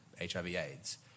HIV/AIDS